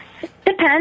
Depends